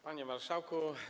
Panie Marszałku!